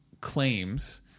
claims